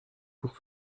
pour